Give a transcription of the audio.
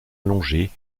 allongées